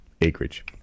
Acreage